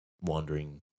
wandering